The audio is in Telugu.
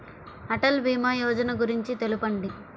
అటల్ భీమా యోజన గురించి తెలుపండి?